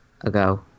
ago